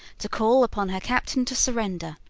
to call upon her captain to surrender.